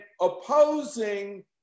opposing